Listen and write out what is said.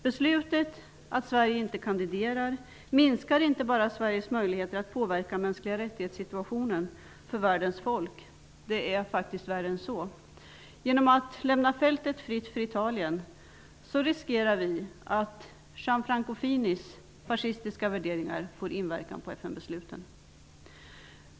Beslutet att inte låta Sverige kandidera minskar inte bara Sveriges möjligheter att påverka mänskliga-rättighets-situationen för världens folk. Det är faktiskt värre än så. Genom att lämna fältet fritt för Italien riskerar man att Gianfranco Finis fascistiska värderingar får inverkan på FN-beslutet.